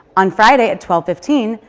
on friday at twelve fifteen,